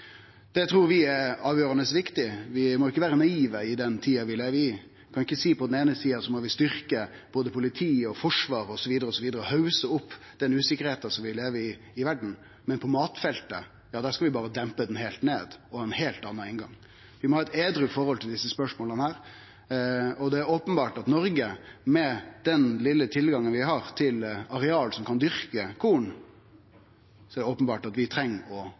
Det trur vi er avgjerande viktig. Vi må ikkje vere naive i den tida vi lever i. Vi kan ikkje seie at vi på den eine sida må styrkje politi, forsvar osv. og hausse opp den usikkerheita vi lever i i verda, men at vi på matfeltet berre skal dempe det heilt ned og ha ein heilt annan inngang. Vi må ha eit edru forhold til desse spørsmåla. Det er openbert at vi i Noreg – med den vesle tilgangen vi har til areal kor det kan dyrkast korn – treng å ta våre forholdsreglar. Det er ingen forslag vi